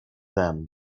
them